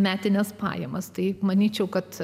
metines pajamas tai manyčiau kad